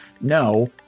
No